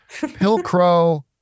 Pilcrow